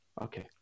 Okay